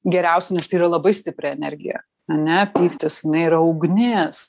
geriausia nes yra labai stipri energija ane pyktis jinai yra ugnis